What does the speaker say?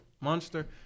Monster